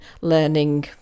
learning